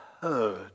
heard